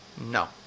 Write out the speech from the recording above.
No